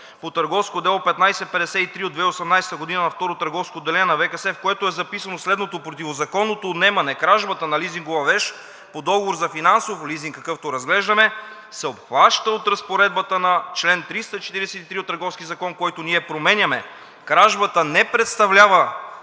по Търговско дело № 1553/2018 г. във II търговско отделение на ВКС, в което е записано следното: „Противозаконното отнемане, кражбата на лизингова вещ по договор за финансов лизинг, какъвто разглеждаме, се обхваща от Разпоредбата на чл. 343 от Търговския закон, който ние променяме, кражбата не представлява,